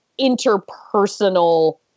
interpersonal